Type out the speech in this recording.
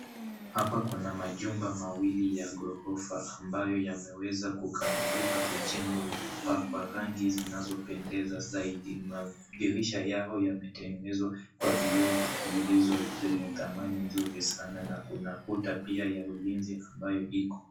Hapa kuna majumba mawili ya ghorofa ambayo yameweza kukamilika kujengwa na kupakwa rangi zinazopendeza zaidi. Madirisha yao yametengenezwa kwa vioo zilizo zenye thamani nzuri sana na kuna kuta pia ya ulinzi ambayo iko.